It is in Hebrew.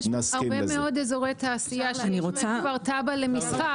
יש הרבה מאוד אזורי תעשייה שיש בהם כבר תב"ע למסחר,